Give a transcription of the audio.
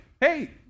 Hey